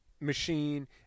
machine